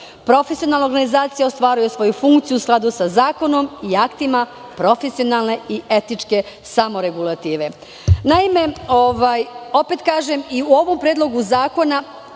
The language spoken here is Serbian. Profesionalna organizacije ostvaruje svoju funkciju u skladu sa zakonom i aktima profesionalne i etičke samoregulative".Naime, opet kažem, i u ovom predlogu zakona,